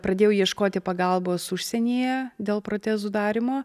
pradėjau ieškoti pagalbos užsienyje dėl protezų darymo